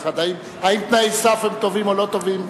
האם תנאי סף הם טובים או לא טובים?